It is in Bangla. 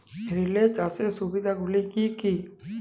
রিলে চাষের সুবিধা গুলি কি কি?